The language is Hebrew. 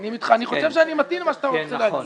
אני חושב שאני מבין מה אתה רוצה לומר.